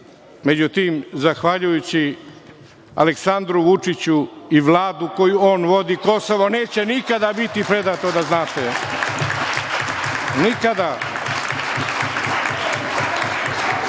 međutim, zahvaljujući Aleksandru Vučiću i Vladu koju on vodi, Kosovo neće nikada biti predato, da znate. Nikada. Možete